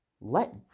let